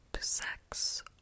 sex